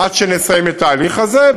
עד שנסיים את ההליך הזה.